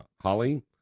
Holly